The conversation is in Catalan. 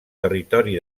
territori